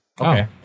Okay